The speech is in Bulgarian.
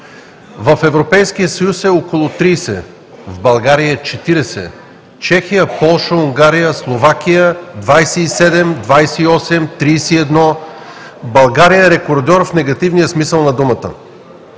В Европейския съюз е около 30, в България е 40, Чехия, Полша, Унгария, Словакия – 27, 28, 31 – България е рекордьор в негативния смисъл на думата.